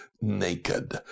naked